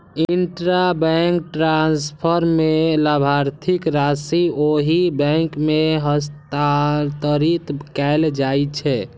intrabank transfer मे लाभार्थीक राशि ओहि बैंक मे हस्तांतरित कैल जाइ छै